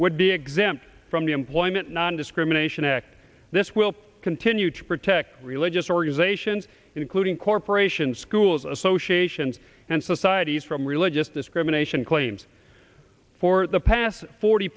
would be exempt from the employment nondiscrimination act this will continue to protect religious organizations including corporations schools associations and societies from religious discrimination claims for the past forty